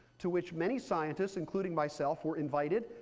to which many scientists including myself were invited,